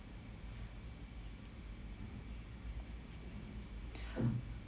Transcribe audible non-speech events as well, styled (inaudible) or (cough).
(breath)